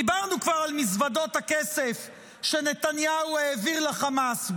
דיברנו כבר על מזוודות הכסף שנתניהו העביר לחמאס.